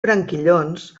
branquillons